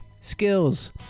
skills